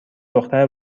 دختر